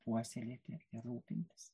puoselėti rūpintis